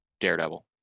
Daredevil